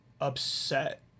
upset